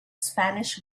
spanish